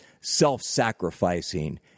self-sacrificing